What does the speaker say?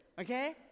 okay